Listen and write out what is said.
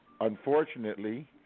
unfortunately